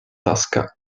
tasca